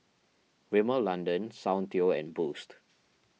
Rimmel London Soundteoh and Boost